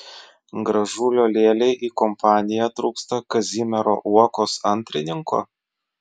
gražulio lėlei į kompaniją trūksta kazimiero uokos antrininko